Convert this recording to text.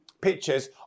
pictures